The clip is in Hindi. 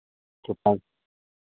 ठीक है